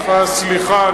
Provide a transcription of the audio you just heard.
אתך הסליחה,